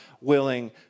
willing